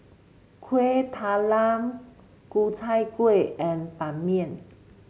Kuih Talam Ku Chai Kueh and Ban Mian